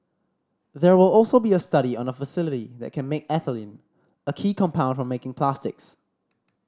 there will also be a study on a facility that can make ethylene a key compound for making plastics